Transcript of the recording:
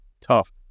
tough